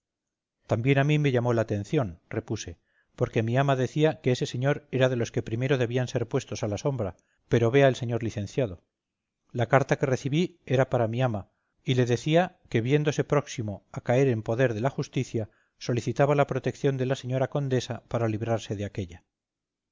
también a mí me llamó la atención repuse porque mi ama decía que ese señor era de los que primero debían ser puestos a la sombra pero vea el señor licenciado la carta que recibí era para mi ama y le decía que viéndose próximo a caer en poder de la justicia solicitaba la protección de la señora condesa para librarse de aquélla